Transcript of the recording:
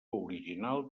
original